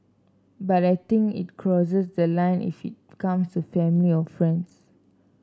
but I think it crosses the line if it comes family or friends